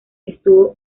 estuvo